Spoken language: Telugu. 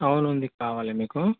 అవును ఉంది కావాలా మీకు